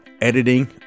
editing